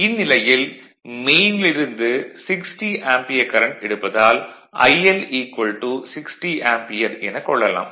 இந்நிலையில் மெயினில் இருந்து 60 ஆம்பியர் கரண்ட் எடுப்பதால் IL 60 ஆம்பியர் எனக் கொள்ளலாம்